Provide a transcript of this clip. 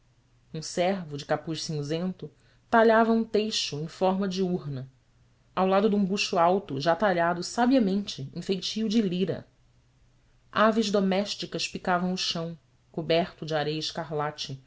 um servo de capuz cinzento talhava um teixo em forma de urna ao lado de um buxo alto já talhado sabiamente em feitio da lira aves domésticas picavam o chão coberto de areia escarlate